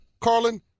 Carlin